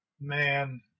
Man